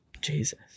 Jesus